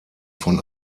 von